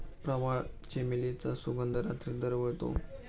प्रवाळ, चमेलीचा सुगंध रात्री दरवळतो